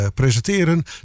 presenteren